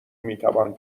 میتوان